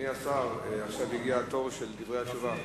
אדוני השר, הגיע התור של דברי התשובה.